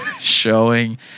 showing